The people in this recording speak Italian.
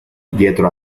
dietro